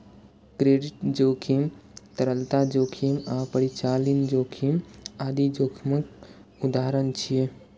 credit जोखिम, तरलता जोखिम आ परिचालन जोखिम आदि जोखिमक उदाहरण छियै